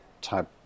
type